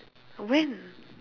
when